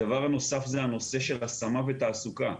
הדבר הנוסף הוא הנושא של השמה ותעסוקה.